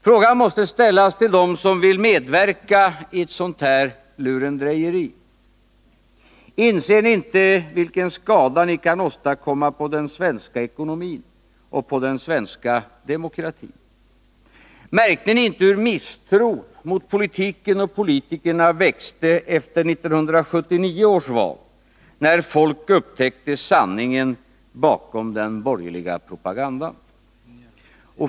Frågan måste ställas till dem som nu vill medverka i ett sådant här lurendrejeri: Inser ni inte vilken skada ni kan åstadkomma på den svenska ekonomin och den svenska demokratin? Märkte ni inte hur misstron mot politiken och politikerna växte efter 1979 års val, när folk upptäckte sanningen bakom den borgerliga propagandan?